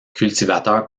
cultivateur